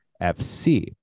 FC